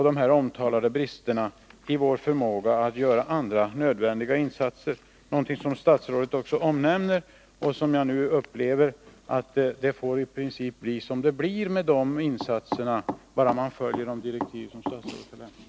Då uppstår brister i vår förmåga att göra alla nödvändiga insatser, någonting som statsrådet också omnämner. Jag upplever att statsrådets attityd nu i princip är att det får bli som det blir med de insatserna, bara man följer de direktiv som statsrådet lämnat.